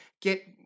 Get